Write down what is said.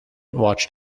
watched